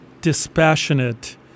dispassionate